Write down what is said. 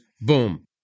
Boom